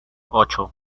ocho